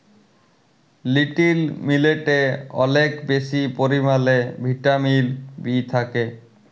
little মিলেটে অলেক বেশি পরিমালে ভিটামিল বি থ্যাকে